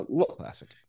Classic